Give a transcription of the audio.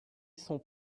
sont